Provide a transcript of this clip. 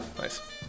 nice